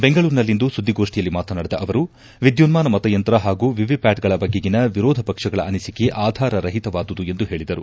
ಬೆಂಗಳೂರಿನಲ್ಲಿಂದು ಸುದ್ದಿಗೋಷ್ಠಿಯಲ್ಲಿ ಮಾತನಾಡಿದ ಅವರು ವಿದ್ಯುನ್ಮಾನ ಮತಯಂತ್ರ ಹಾಗೂ ವಿವಿಪ್ಯಾಟ್ಗಳ ಬಗೆಗಿನ ವಿರೋಧ ಪಕ್ಷಗಳ ಅನಿಸಿಕೆ ಆಧಾರ ರಹಿತವಾದುದು ಎಂದು ಹೇಳಿದರು